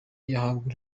yahabwa